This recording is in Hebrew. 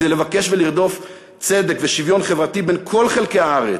כדי לבקש ולרדוף צדק ושוויון חברתיים בין כל חלקי הארץ,